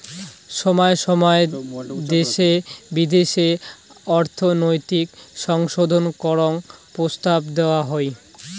সময় সময় দ্যাশে বিদ্যাশে অর্থনৈতিক সংশোধন করাং প্রস্তাব দেওয়া হই